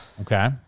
Okay